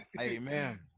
Amen